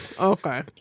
Okay